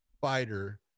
fighter